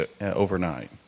overnight